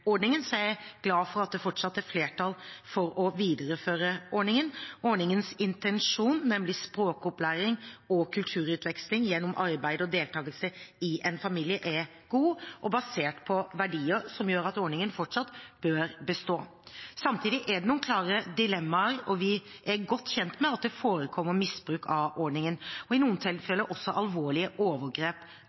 er jeg glad for at det fortsatt er flertall for å videreføre ordningen. Ordningens intensjon, nemlig språkopplæring og kulturutveksling gjennom arbeid og deltakelse i en familie, er god og basert på verdier som gjør at ordningen fortsatt bør bestå. Samtidig er det noen klare dilemmaer, og vi er godt kjent med at det forekommer misbruk av ordningen og i noen tilfeller også alvorlige overgrep